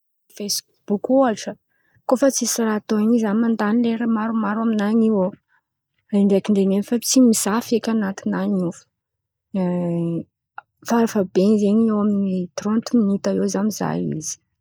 Fotoan̈a lan̈iko zen̈y mizaha tambazotra karà fesiboky ohatra. Koa fa tsisy raha atao in̈y zah mandan̈y lera maromaro amin̈any io ao ndraindraiky fa tsy mizaha feky an̈aty tan̈any io ao farafahaben̈y zen̈y eo amin̈'ny tranty minita eo zah mizaha izy.